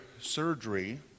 surgery